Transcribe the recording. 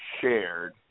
shared